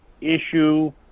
issue